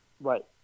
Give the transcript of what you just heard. Right